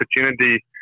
opportunity